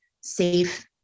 safe